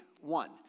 one